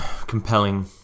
compelling